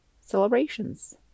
celebrations